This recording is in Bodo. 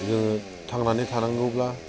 जोङो थांनानै थानांगौब्ला